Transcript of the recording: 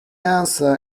answer